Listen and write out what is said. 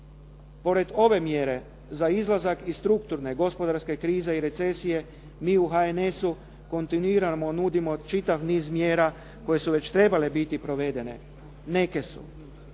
Pored ove mjere, za izlazak iz strukturne gospodarske krize i recesije, mi u HNS-u kontinuirano nudimo čitav niz mjera koje su već trebale biti provedene. Neke su,